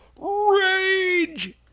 Rage